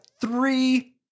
three